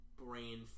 brain